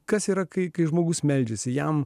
kas yra kai žmogus meldžiasi jam